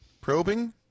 Probing